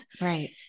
Right